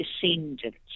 descendants